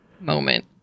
moment